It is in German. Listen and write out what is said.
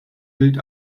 gilt